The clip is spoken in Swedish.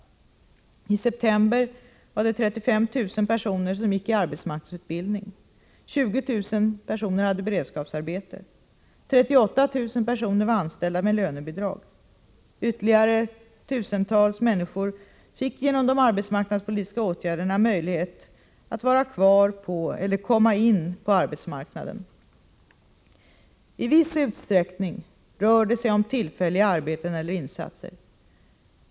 I september var det 35 000 personer som gick i arbetsmarknadsutbildning, 20 000 personer hade beredskapsarbete, 38 000 personer var anställda med lönebidrag. Ytterligare tusentals människor fick genom de arbetsmarknadspolitiska åtgärderna möjlighet att vara kvar på eller komma in på arbetsmarknaden. I viss utsträckning rör det sig om tillfälliga arbeten eller insatser.